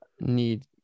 need